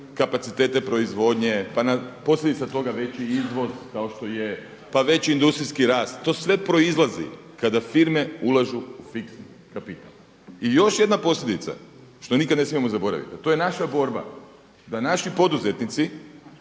kapacitete proizvodnje, pa posljedica toga veći izvoz kao što je, pa veći industrijski rast. To sve proizlazi kada firme ulažu u fiksni kapital. I još jedna posljedica što nikad ne smijemo zaboraviti a to je naša borba da naši poduzetnici